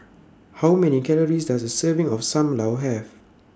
How Many Calories Does A Serving of SAM Lau Have